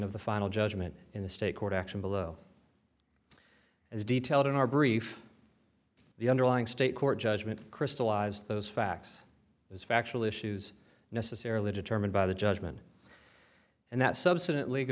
of the final judgment in the state court action below as detailed in our brief the underlying state court judgment crystallized those facts as factual issues necessarily determined by the judgment and that